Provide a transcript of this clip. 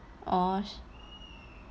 gosh